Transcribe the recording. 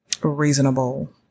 reasonable